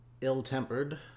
ill-tempered